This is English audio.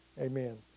Amen